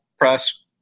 press